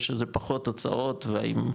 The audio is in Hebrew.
או שזה פחות הוצאות והאם,